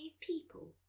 people